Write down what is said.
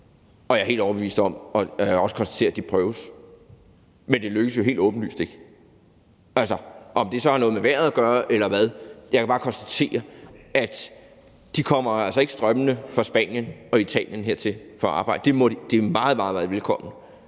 – og det har jeg også konstateret. Men det lykkedes jo helt åbenlyst ikke. Jeg ved ikke, om det så har noget med vejret at gøre, eller hvad – jeg kan bare konstatere, at de altså ikke kommer strømmende fra Spanien og Italien hertil for at arbejde; de er meget, meget velkomne.